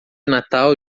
natal